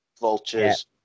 vultures